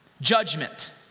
Judgment